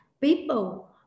people